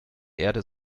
erde